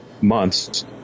months